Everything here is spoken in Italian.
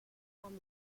famoso